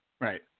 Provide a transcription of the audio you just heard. right